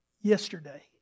Yesterday